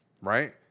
Right